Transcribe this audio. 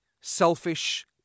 selfish